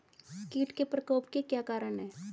कीट के प्रकोप के क्या कारण हैं?